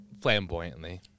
flamboyantly